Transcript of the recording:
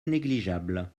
négligeable